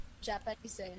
Japanese